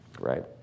right